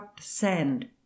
sand